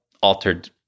altered